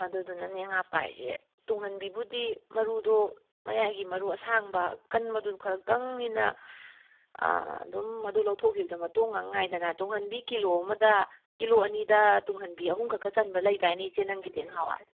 ꯑꯗꯨꯗꯨꯅꯅꯦ ꯉꯄꯥꯏꯁꯦ ꯇꯨꯡꯍꯟꯕꯤꯕꯨꯗꯤ ꯃꯔꯨꯗꯣ ꯃꯌꯥꯏꯒꯤ ꯃꯔꯨ ꯑꯁꯥꯡꯕ ꯑꯀꯟꯕꯗꯣ ꯈꯛꯇꯪꯅꯤꯅ ꯑꯗꯨꯝ ꯑꯗꯨ ꯂꯧꯊꯣꯛꯈꯤꯕꯗ ꯃꯇꯣꯡ ꯉꯥꯛ ꯉꯥꯏꯗꯅ ꯇꯨꯡꯍꯟꯕꯤ ꯀꯤꯂꯣ ꯑꯃꯗ ꯀꯤꯂꯣ ꯑꯅꯤꯗ ꯇꯨꯡꯍꯟꯕꯤ ꯑꯍꯨꯝꯈꯛꯀ ꯆꯟꯕ ꯂꯩꯗꯥꯏꯅꯦ ꯏꯆꯦ ꯅꯪꯒꯤꯗꯤ ꯉꯍꯥꯟꯋꯥꯏ